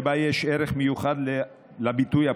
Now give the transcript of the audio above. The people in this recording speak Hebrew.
שבה יש ערך מיוחד לביטוי הפוליטי.